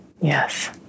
Yes